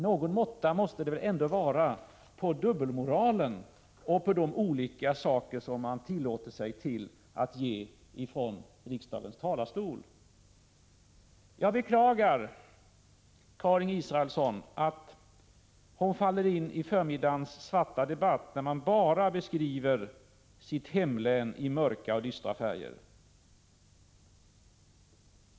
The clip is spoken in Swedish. Någon måtta måste det väl ändå vara på dubbelmoralen och på vad man tillåter sig att säga från riksdagens talarstol. Jag beklagar att Karin Israelsson föll in i förmiddagens svarta debatt när hon bara beskrev sitt hemlän i mörka och dystra färger.